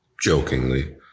Jokingly